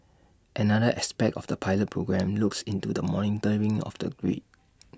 another aspect of the pilot programme looks into the monitoring of the grid